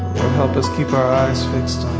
help us keep our eyes fixed